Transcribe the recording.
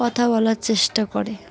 কথা বলার চেষ্টা করে